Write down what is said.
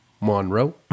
Monroe